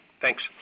Thanks